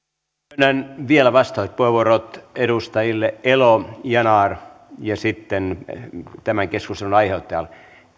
myönnän vielä vastauspuheenvuorot edustajille elo ja yanar ja sitten tämän keskustelun aiheuttajalle